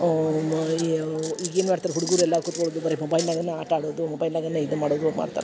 ಮಾ ಈಗ ಏನು ಮಾಡ್ತಾರೆ ಹುಡುಗರೆಲ್ಲ ಕುತ್ಕೊಂಡು ಬರಿ ಮೊಬೈಲ್ನ್ಯಾಗನ ಆಟ ಆಡೋದು ಮೊಬೈಲ್ನ್ಯಾಗನ ಇದು ಮಾಡೋದು ಮಾಡ್ತಾರೆ